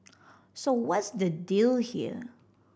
so what's the deal here